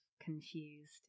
confused